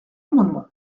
amendement